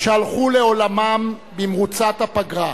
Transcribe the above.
שהלכו לעולמם במרוצת הפגרה.